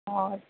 اور